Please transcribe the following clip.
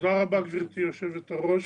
תודה רבה גברתי יושבת הראש.